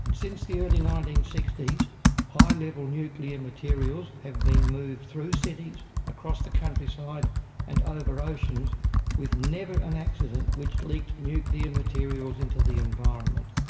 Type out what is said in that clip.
and since the early nineteen sixty s high level nuclear materials have been moved through cities, across the countryside and over oceans with never an accident which leaked nuclear materials into the environment.